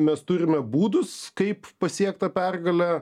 mes turime būdus kaip pasiekt tą pergalę